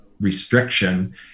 restriction